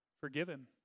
Forgiven